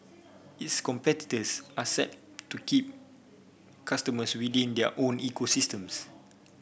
its competitors are set to keep customers within their own ecosystems